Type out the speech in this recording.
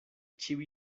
ĉiuj